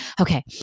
okay